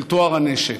של טוהר הנשק: